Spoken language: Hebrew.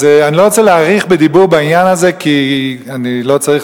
אז אני לא רוצה להאריך בדיבור בעניין הזה כי אני לא צריך